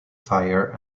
fire